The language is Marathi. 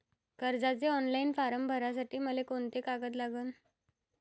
कर्जाचे ऑनलाईन फारम भरासाठी मले कोंते कागद लागन?